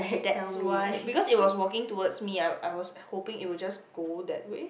that's why because it was walking towards me then I I was hoping it will just go that way